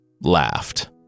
laughed